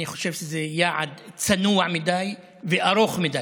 אני חושב שזה יעד צנוע מדי ורחוק מדי,